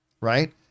right